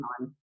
on